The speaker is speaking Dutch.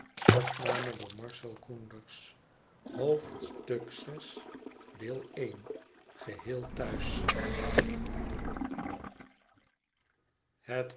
geheel thuis het